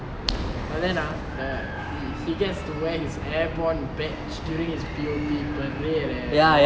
but then ah the he gets to wear his airborne badge during his P_O_P parade leh